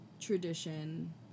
tradition